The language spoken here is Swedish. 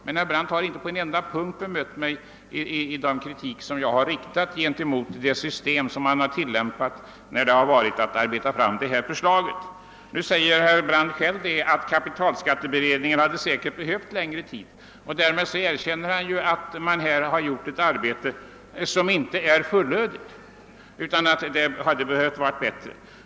Han har emellertid inte på en enda punkt bemött den kritik jag har riktat mot det system som man tilllämpat vid utarbetandet av detta förslag. Nu förklarar herr Brandt själv att kapitalskatteberedningen hade behövt längre tid på sig, och därmed erkänner han att resultatet kanske inte är fullödigt utan hade bort vara bättre.